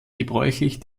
gebräuchlich